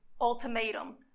ultimatum